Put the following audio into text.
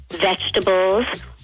vegetables